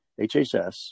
HHS